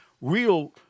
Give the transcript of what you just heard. real